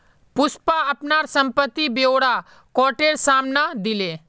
पुष्पा अपनार संपत्ति ब्योरा कोटेर साम न दिले